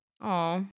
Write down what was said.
Aw